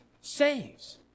saves